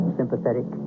sympathetic